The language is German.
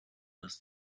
das